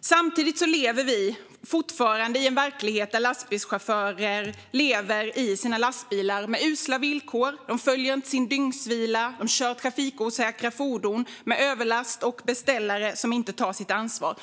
Samtidigt har vi fortfarande en verklighet där lastbilschaufförer lever i sina lastbilar med usla villkor. De får inte sin dygnsvila, de kör trafikosäkra fordon med överlast och de har beställare som inte tar sitt ansvar.